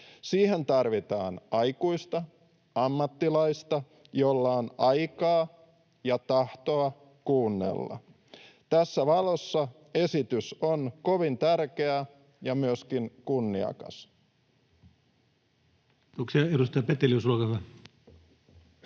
Siihen tarvitaan aikuista, ammattilaista, jolla on aikaa ja tahtoa kuunnella. Tässä valossa esitys on kovin tärkeä ja myöskin kunniakas.